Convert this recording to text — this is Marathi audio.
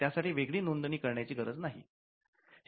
त्या साठी वेगळी नोंदणी करण्याची गरज नाही